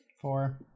Four